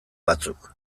batzuk